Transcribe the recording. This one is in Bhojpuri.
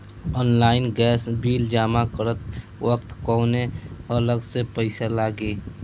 ऑनलाइन गैस बिल जमा करत वक्त कौने अलग से पईसा लागी?